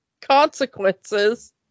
Consequences